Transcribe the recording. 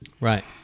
Right